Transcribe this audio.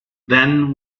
then